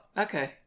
okay